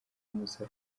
moussa